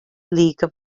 league